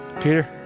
Peter